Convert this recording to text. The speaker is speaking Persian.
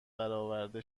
برآورده